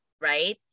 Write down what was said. right